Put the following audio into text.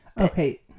okay